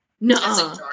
no